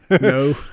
No